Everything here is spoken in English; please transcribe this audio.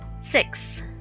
Six